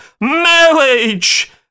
Marriage